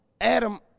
Adam